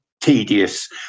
tedious